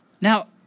Now –